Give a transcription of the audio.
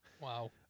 Wow